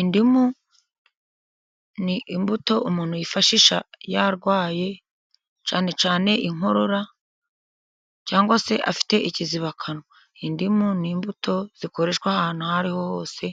Indimu n'imbuto umuntu yifashisha yarwaye cyane cyane inkorora cyangwa se afite ikizibakanwa. Indimu n'imbuto zikoreshwa ahantu hose,